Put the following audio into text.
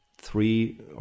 three